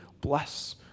bless